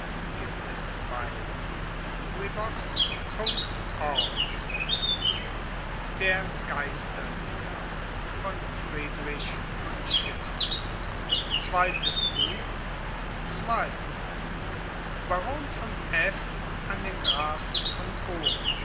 ein andermal baron von f an den grafen von o